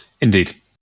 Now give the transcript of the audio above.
Indeed